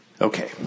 Okay